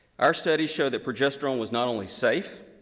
our studies show that progesterone was not only safe,